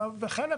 וחלק